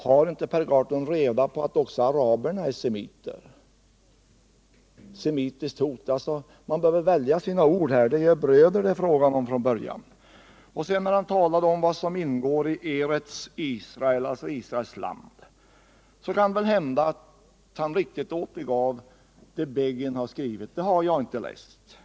Har inte Per Gahrton reda på att också araberna är semiter? Man bör väl välja sina ord här — det är ju bröder det är frågan om från början. När Per Gahrton sedan talar om vad som ingår i Eretz Israel, alltså Israels land, så kan det väl hända att han riktigt återgav det Begin har skrivit — det har jag inte läst.